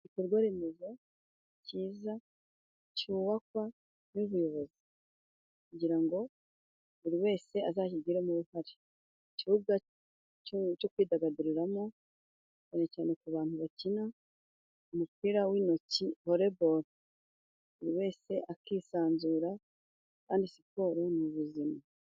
Igikorwa remezo cyiza, cyubakwa n'ubuyobozi kugira ngo buri wese azakigiremo uruhare. Ikibuga cyo kwidagaduriramo, cyane cyane ku bantu bakina umupira w'intoki voleboro. Buri wese akisanzura kandi siporo ni ubuzima.